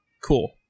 cool